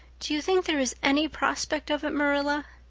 do you think there is any prospect of it, marilla?